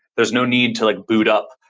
there's no need to like boot up.